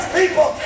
people